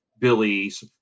billy's